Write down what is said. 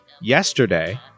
Yesterday